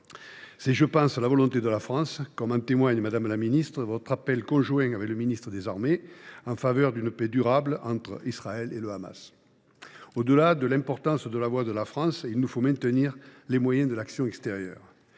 C’est la volonté de la France, me semble t il, comme en témoigne, madame la ministre, votre appel conjoint avec le ministre des armées en faveur d’une paix durable entre Israël et le Hamas. Pour préserver l’importance de la voix de la France, il nous faut maintenir les moyens de l’action extérieure.